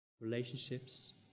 relationships